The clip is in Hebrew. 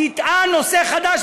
תטען: נושא חדש.